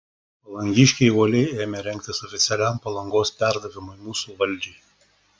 palangiškiai uoliai ėmė rengtis oficialiam palangos perdavimui mūsų valdžiai